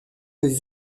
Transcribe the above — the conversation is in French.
peut